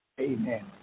Amen